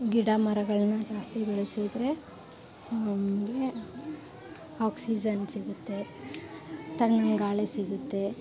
ಗಿಡ ಮರಗಳನ್ನ ಜಾಸ್ತಿ ಬೆಳೆಸಿದರೆ ನಮಗೆ ಆಕ್ಸಿಜನ್ ಸಿಗುತ್ತೆ ತಣ್ಣನೆ ಗಾಳಿ ಸಿಗುತ್ತೆ